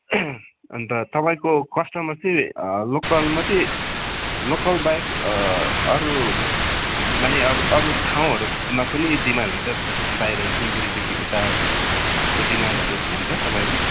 अन्त तपाईँको कस्टमर चै लोकल मात्रै लोकल बाहेक अरू माने अरू ठाउँहरूमा पनि डिमान्ड हुन्छ बाहिर सिलगुडीदेखि उता त्यस्तो डिमान्डहरू हुन्छ तपाईँको